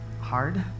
hard